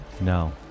No